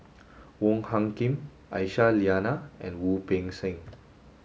Wong Hung Khim Aisyah Lyana and Wu Peng Seng